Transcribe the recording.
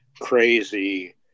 crazy